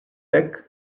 dek